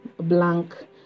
blank